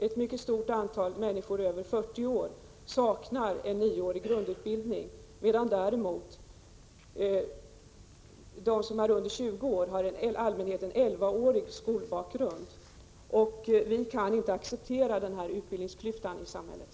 Ett mycket stort antal människor över 40 år saknar nioårig grundutbildning, medan däremot de som är under 20 år i allmänhet har en elvaårig skolgång bakom sig. Vi kan inte acceptera denna utbildningsklyfta i samhället.